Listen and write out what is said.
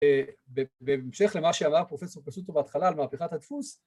‫בהמשך למה שאמר פרופ' קסוטו ‫בהתחלה על מהפכת הדפוס...